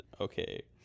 okay